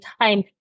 time